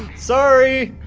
sorry!